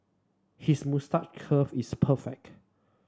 his moustache curl is perfect